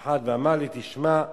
אחד ואמר לי: תשמע,